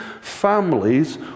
families